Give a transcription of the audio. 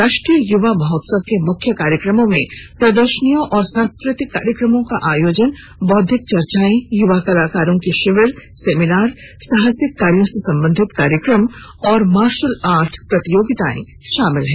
राष्ट्रीय युवा महोत्सव के मुख्य कार्यक्रमों में प्रदर्शनियों और सांस्कृ तिक कार्यक्रमों का आयोजन बौद्विक चर्चाए यूवा कलाकारों के शिविर सेमिनार साहसिक कार्यो से संबंधित कार्यक्रम और मार्शल आर्ट प्रतियोगिताए शामिल हैं